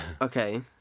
Okay